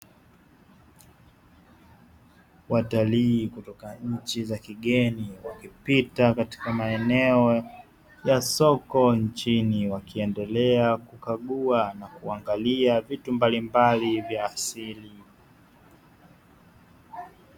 Watalii kutoka nchi za kigeni wakipita katika maeneo ya soko nchini, wakiendelea kukagua na kuangalia vitu mbalimbali vya asili.